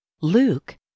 Luke